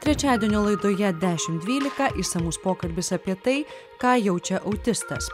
trečiadienio laidoje dešimt dvylika išsamus pokalbis apie tai ką jaučia autistas